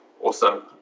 Awesome